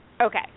Okay